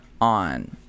on